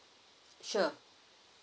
sure